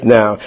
now